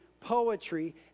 Poetry